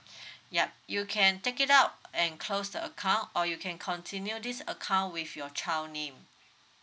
yup you can take it out and close the account or you can continue this account with your child name